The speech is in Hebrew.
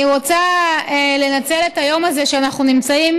אני רוצה לנצל את היום הזה שאנחנו נמצאים